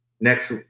next